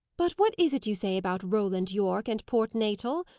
but what is it you say about roland yorke and port natal?